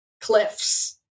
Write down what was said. cliffs